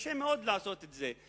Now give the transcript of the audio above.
קשה מאוד לעשות את זה.